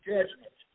Judgment